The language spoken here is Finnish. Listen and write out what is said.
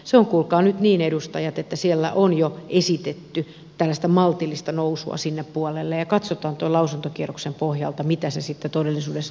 se on kuulkaa nyt niin edustajat että siellä on jo esitetty tällaista maltillista nousua sinne puolelle ja katsotaan tuon lausuntokierroksen pohjalta miltä se sitten todellisuudessa näyttää